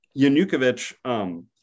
Yanukovych